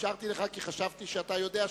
ההסתייגות